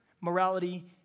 morality